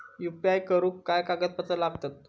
UPI करुक काय कागदपत्रा लागतत?